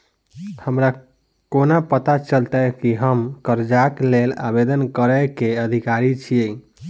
हमरा कोना पता चलतै की हम करजाक लेल आवेदन करै केँ अधिकारी छियै?